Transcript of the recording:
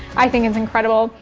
i think it's incredible.